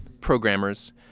programmers